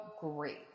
great